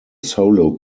solo